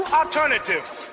alternatives